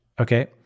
okay